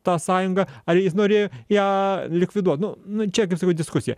tą sąjungą ar jis norėjo ją likviduot nu nu čia kaip sakiau diskusij